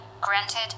Granted